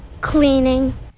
Cleaning